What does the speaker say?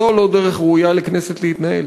זו לא דרך ראויה לכנסת להתנהל.